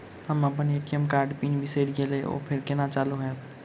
हम अप्पन ए.टी.एम कार्डक पिन बिसैर गेलियै ओ फेर कोना चालु होइत?